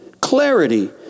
Clarity